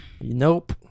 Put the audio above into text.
nope